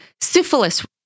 Syphilis